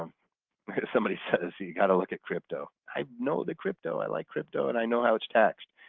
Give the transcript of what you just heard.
because somebody says you got a look at crypto. i know the crypto. i like crypto and i know how it's taxed.